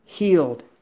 healed